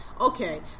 okay